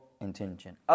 intention